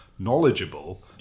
Knowledgeable